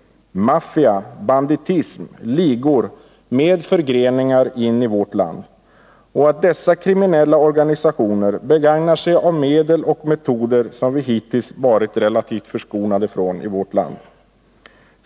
— maffia, banditism, ligor — med förgreningar in i vårt land. Dessa kriminella organisationer begagnar sig av medel och metoder som vi hittills varit relativt förskonade från.